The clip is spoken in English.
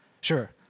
Sure